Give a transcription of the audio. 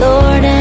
Lord